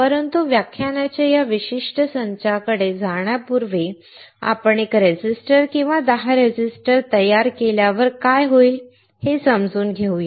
परंतु व्याख्यानांच्या त्या विशिष्ट संचाकडे जाण्यापूर्वी आपण 1 रेझिस्टर किंवा 10 रेझिस्टर तयार केल्यावर काय होईल हे समजून घेऊया